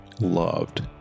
loved